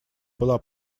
была